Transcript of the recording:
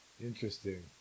interesting